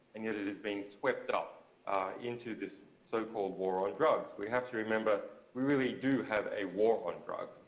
and yet it is being swept up into this, so-called, war on drugs. we have to remember we really do have a war on drugs.